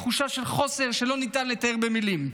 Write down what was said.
תחושה של חוסר שלא ניתן לתאר במילים.